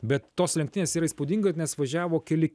bet tos lenktynės yra įspūdinga nes važiavo keli